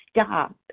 stop